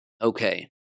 Okay